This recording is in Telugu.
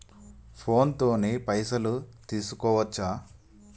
ఫోన్ తోని పైసలు వేసుకోవచ్చా?